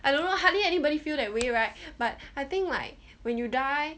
I don't know hardly anybody feel that way right but I think like when you die